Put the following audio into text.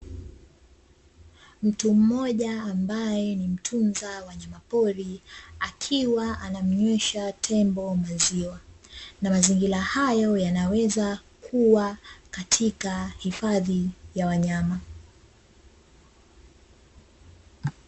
Mtu mmoja ambaye ni mtunza wanyamapori, akiwa anamnywesha tembo maziwa, na mazingira hayo yanaweza kuwa katika hifadhi ya wanyama.